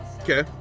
Okay